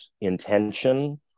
intention